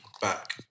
back